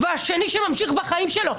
והשני שממשיך בחיים שלו.